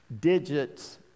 digits